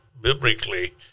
biblically